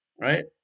right